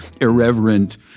irreverent